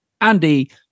Andy